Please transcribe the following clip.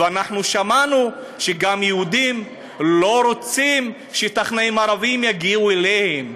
וגם שמענו שיהודים לא רוצים שטכנאים ערבים יגיעו אליהם,